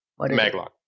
Maglock